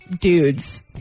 dudes